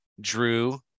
Drew